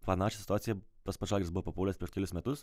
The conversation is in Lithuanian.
panašią situaciją pats pat žalgiris buvo papuolęs prieš kelis metus